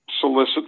solicit